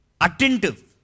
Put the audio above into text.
attentive